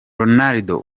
ronaldo